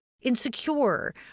insecure